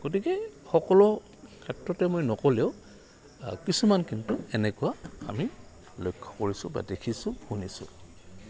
গতিকে সকলো ক্ষেত্ৰতে মই নক'লেও কিছুমান কিন্তু এনেকুৱা আমি লক্ষ্য কৰিছোঁ বা দেখিছোঁ শুনিছোঁ